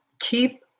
keep